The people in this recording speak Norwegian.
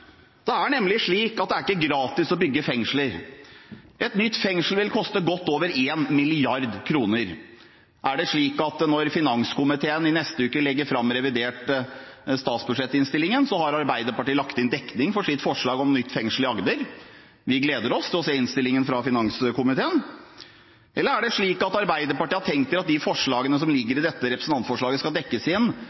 Det er kjempebra, men hvor er pengene? Det er nemlig ikke gratis å bygge fengsler. Et nytt fengsel vil koste godt over 1 mrd. kr. Når finanskomiteen i neste uke legger fram innstillingen i forbindelse med revidert statsbudsjett, er det da slik at Arbeiderpartiet har sørget for inndekning for sitt forslag om nytt fengsel i Agder – vi gleder oss til å se innstillingen fra finanskomiteen – eller er det slik at Arbeiderpartiet har tenkt at de forslagene som de kom med i dette representantforslaget,